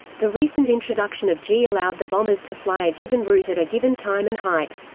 the recent introduction of gee allowed the bombers to fly a given route at a given time and height.